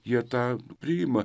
jie tą priima